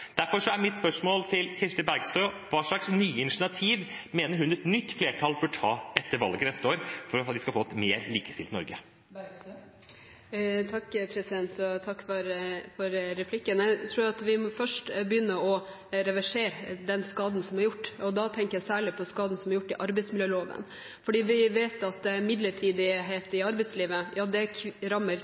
Derfor er mitt spørsmål til Kirsti Bergstø: Hvilke nye initiativ mener hun et nytt flertall bør ta etter valget til neste år for at vi skal få et mer likestilt Norge? Takk for replikken. Jeg tror at vi først må reversere den skaden som er skjedd. Da tenker jeg særlig på skaden som er gjort i arbeidsmiljøloven, for vi vet at midlertidighet i arbeidslivet rammer kvinner spesielt. Det